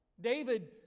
David